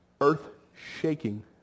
earth-shaking